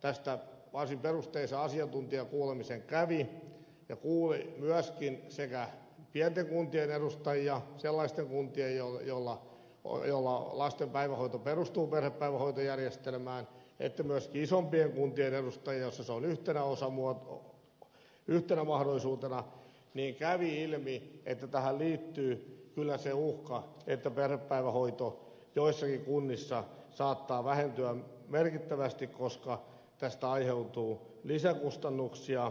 tästä varsin perusteellisen asiantuntijakuulemisen kävi ja kuuli sekä pienten kuntien edustajia sellaisten kuntien joissa lasten päivähoito perustuu perhepäivähoitojärjestelmään että myöskin isompien kuntien edustajia sellaisten kuntien joissa perhepäivähoito on yhtenä mahdollisuutena niin kävi ilmi että tähän liittyy kyllä se uhka että perhepäivähoito joissakin kunnissa saattaa vähentyä merkittävästi koska tästä aiheutuu lisäkustannuksia